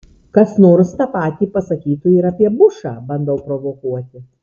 kas nors tą patį pasakytų ir apie bushą bandau provokuoti